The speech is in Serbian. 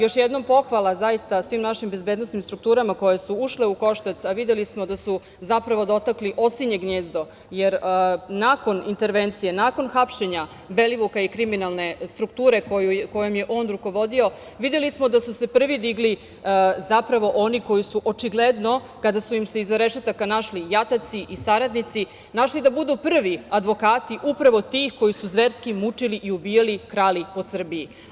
Još jednom pohvala zaista svim našim bezbednosnim strukturama koje su ušle u koštac, a videli smo da su zapravo dotakli osinje gnezdo, jer nakon intervencije, nakon hapšenja Belivuka i kriminalne strukture kojom je on rukovodio, videli smo da su se prvi digli zapravo oni koji su očigledno, kada su im se iza rešetaka našli jataci i saradnici, našli da budu prvi advokati upravo tih koji su zverski mučili, ubijali i krali po Srbiji.